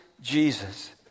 Jesus